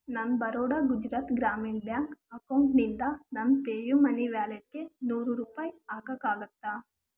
ನನ್ನ ಬರೋಡಾ ಗುಜರಾತ ಗ್ರಾಮೀಣ ಬ್ಯಾಂಕ್ ಅಕೌಂಟ್ನಿಂದ ನನ್ನ ಪೇ ಯು ಮನಿ ವ್ಯಾಲೆಟ್ಗೆ ನೂರು ರೂಪಾಯಿ ಹಾಕೋಕ್ಕಾಗುತ್ತಾ